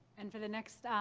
and for the next